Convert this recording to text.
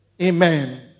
Amen